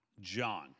John